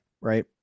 right